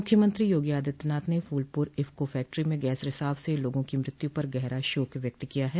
मुख्यमंत्री योगी आदित्यनाथ ने फूलपुर इफ्को फैक्ट्री में गैस रिसाव से लोगों की मृत्यु पर गहना शोक व्यक्त किया है